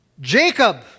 Jacob